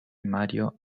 mario